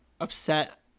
upset